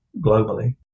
globally